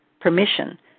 permission